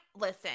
listen